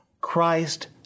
Christ